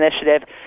Initiative